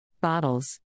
Bottles